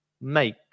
make